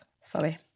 sorry